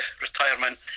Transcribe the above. retirement